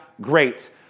great